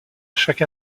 chaque